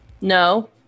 No